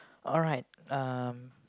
alright um